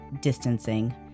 distancing